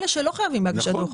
אלה שלא חייבים בהגשת דוח.